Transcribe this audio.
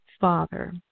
father